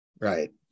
right